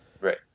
Right